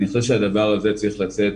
אבל אני חושב שהדבר הזה צריך לצאת,